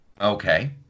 Okay